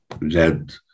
led